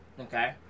okay